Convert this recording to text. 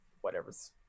whatever's